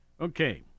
Okay